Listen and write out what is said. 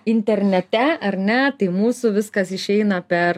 internete ar ne tai mūsų viskas išeina per